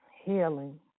healing